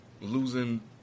losing